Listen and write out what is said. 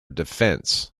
defence